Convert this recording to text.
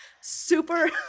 super